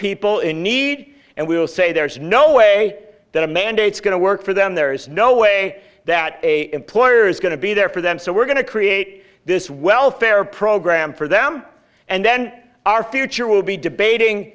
people in need and we will say there is no way that a mandates going to work for them there is no way that a employer is going to be there for them so we're going to create this welfare program for them and then our future will be debating